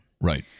Right